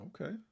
Okay